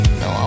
no